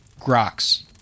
Grox